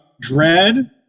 Dread